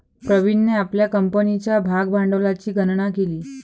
प्रवीणने आपल्या कंपनीच्या भागभांडवलाची गणना केली